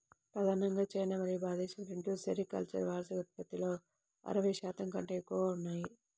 ప్రధానంగా చైనా మరియు భారతదేశం రెండూ సెరికల్చర్ వార్షిక ఉత్పత్తిలో అరవై శాతం కంటే ఎక్కువగా ఉన్నాయి